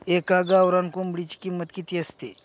एका गावरान कोंबडीची किंमत किती असते?